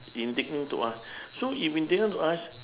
indignant to us so if indignant to us